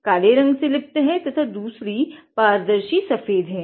एक काले रंग से लिप्त है तथा दूसरी पारदर्शी सफ़ेद है